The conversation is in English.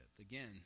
Again